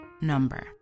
number